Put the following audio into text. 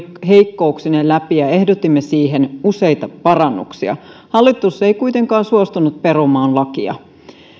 heikkouksineen läpi ja ehdotimme siihen useita parannuksia hallitus ei kuitenkaan suostunut perumaan lakia